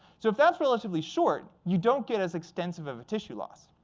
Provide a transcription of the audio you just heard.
so if that's relatively short, you don't get as extensive of tissue loss.